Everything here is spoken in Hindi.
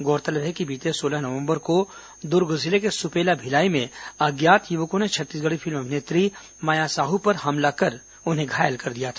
गौरतलब है कि बीते सोलह नवंबर को दुर्ग जिले के सुपेला भिलाई में अज्ञात युवकों ने छत्तीसगढ़ी फिल्म अभिनेत्री माया साहू पर हमला कर उन्हें घायल कर दिया था